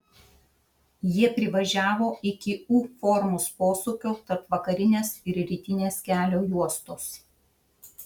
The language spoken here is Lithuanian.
jie privažiavo iki u formos posūkio tarp vakarinės ir rytinės kelio juostos